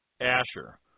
Asher